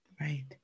Right